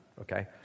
okay